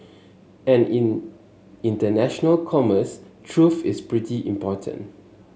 and in international commerce truth is pretty important